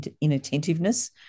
inattentiveness